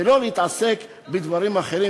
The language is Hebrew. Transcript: ולא להתעסק בדברים אחרים,